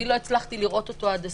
אני לא הצלחתי לראות אותו עד הסוף,